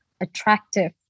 attractive